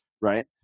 right